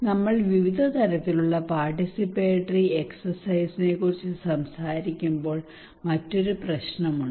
നമ്മൾ വിവിധ തരത്തിലുള്ള പാർട്ടിസിപ്പേറ്ററി എക്സെർസൈസിനെ കുറിച്ച് സംസാരിക്കുമ്പോൾ മറ്റൊരു പ്രശ്നം ഉണ്ട്